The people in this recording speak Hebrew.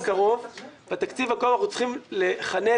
בתקציב הקרוב, אנחנו צריכים לכנס,